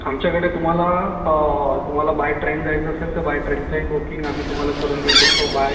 आमच्याकडे तुम्हाला तुम्हाला बाय ट्रेन जायचं असेल तर बाय ट्रेनचंही बुकिंग आम्ही तुम्हाला करून देऊ शकतो बाय